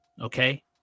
Okay